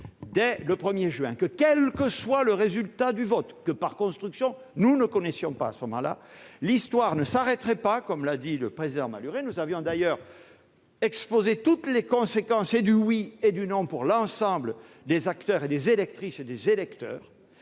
nous avons décidé que, quel que soit le résultat du vote- par construction, nous ne le connaissions pas à ce moment-là -, l'histoire ne s'arrêterait pas, comme l'a souligné le président Malhuret. Nous avions d'ailleurs exposé toutes les conséquences et du oui et du non pour l'ensemble des acteurs et des électrices et des électeurs,